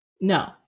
No